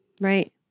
Right